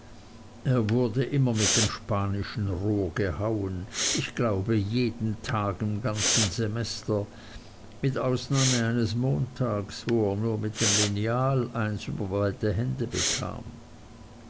er wurde immer mit dem spanischen rohr gehauen ich glaube jeden tag im ganzen semester mit ausnahme eines montags wo er nur mit dem lineal eines über beide hände bekam